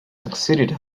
succeeded